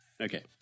Okay